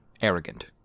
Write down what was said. arrogant